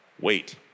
Wait